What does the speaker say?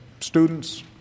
Students